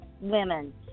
women